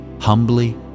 humbly